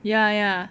ya ya